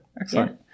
Excellent